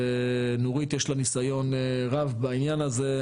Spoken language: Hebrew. ונורית יש לה ניסיון רב בעניין הזה,